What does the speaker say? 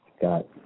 got –